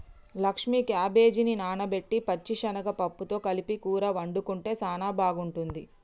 లక్ష్మీ క్యాబేజిని నానబెట్టిన పచ్చిశనగ పప్పుతో కలిపి కూర వండుకుంటే సానా బాగుంటుంది